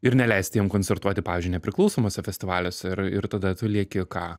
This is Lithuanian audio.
ir neleisti jiem koncertuoti pavyzdžiui nepriklausomuose festivaliuose ir ir tada tu lieki ką